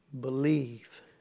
Believe